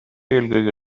eelkõige